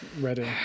ready